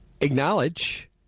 acknowledge